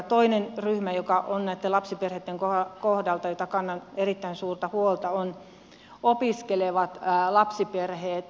toinen ryhmä joka on näitten lapsiperheitten kohdalta josta kannan erittäin suurta huolta on opiskelevat lapsiperheet